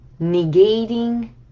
negating